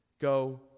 Go